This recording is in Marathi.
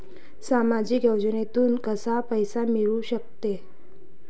सामाजिक योजनेतून कसा पैसा मिळू सकतो?